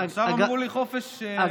עכשיו אמרו לי: חופש נאומים.